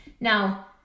now